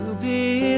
the